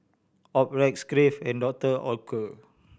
Optrex Crave and Doctor Oetker